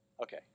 Okay